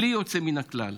בלי יוצא מן הכלל,